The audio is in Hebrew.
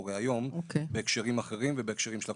שקורה היום בהקשרים אחרים ובהקשרים של הקורונה.